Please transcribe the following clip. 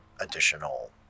additional